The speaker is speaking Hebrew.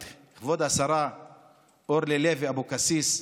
ואת כבוד השרה אורלי לוי אבקסיס,